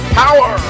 power